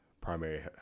primary